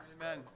Amen